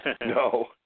No